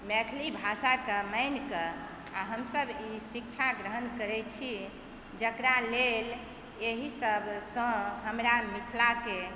मैथिली भाषाकेँ मानिकऽ आओर हमसब ई शिक्षा ग्रहण करैत छी जकरा लेल एहि सबसँ हमरा मिथिलाके